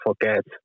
forget